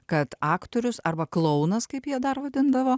kad aktorius arba klounas kaip jie dar vadindavo